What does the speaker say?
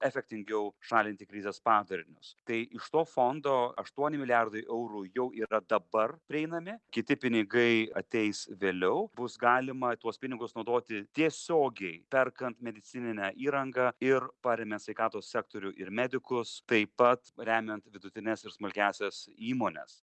efektingiau šalinti krizės padarinius tai iš to fondo aštuoni milijardai eurų jau yra dabar prieinami kiti pinigai ateis vėliau bus galima tuos pinigus naudoti tiesiogiai perkant medicininę įrangą ir paremia sveikatos sektorių ir medikus taip pat remiant vidutines ir smulkiąsias įmones